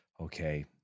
Okay